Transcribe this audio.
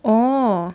orh